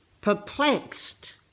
perplexed